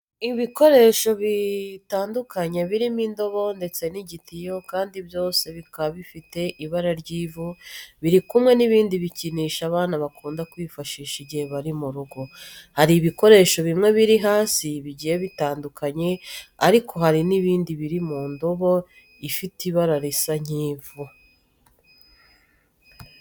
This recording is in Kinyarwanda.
Ibikoresho bigiye bitandukanye birimo indobo ndetse n'igitiyo kandi byose bikaba bifite ibara ry'ivu, biri kumwe n'ibindi bikinisho abana bakunda kwifashisha igihe bari mu rugo. Hari ibikoresho bimwe biri hasi bigiye bitatanye ariko hari n'ibindi biri mu ndobo ifite ibara risa nk'ivu.